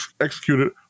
executed